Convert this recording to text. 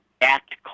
act